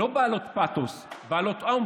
פשוט לקרוא אותה,